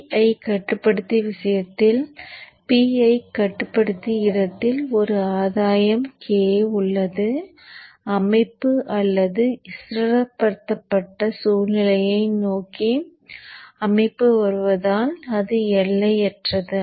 PI கட்டுப்படுத்தி விஷயத்தில் PI கட்டுப்படுத்தி இடத்தில் ஒரு ஆதாயம் k உள்ளது அமைப்பு அல்லது ஸ்திரப்படுத்தப்பட்ட சூழ்நிலையை நோக்கி அமைப்பு வருவதால் இது எல்லையற்றது